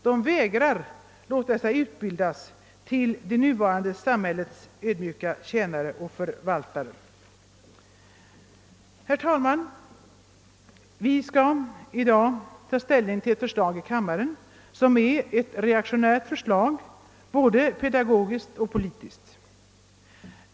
De vägrar att låta sig utbildas till det nuvarande samhällets ödmjuka tjänare och förvaltare. Herr talman! Vi skall i dag i denna kammare ta ställning till ett förslag som är reaktionärt; både pedagogiskt och politiskt sett.